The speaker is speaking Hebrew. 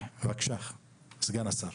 בבקשה, סגן השר.